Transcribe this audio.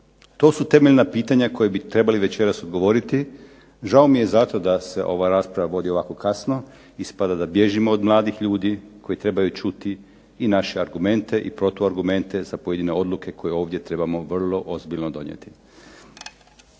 To su temeljna pitanja na koja bi trebali večeras odgovoriti. Žao mi je da se ova rasprava vodi ovako kasno, ispada da bježimo od mladih ljudi koji trebaju čuti i naše argumente i protuargumente za pojedine odluke koje ovdje trebamo vrlo ozbiljno donijeti.